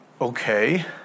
okay